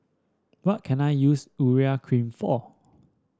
what can I use Urea Cream for